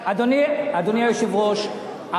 אדוני היושב-ראש,